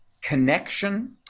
connection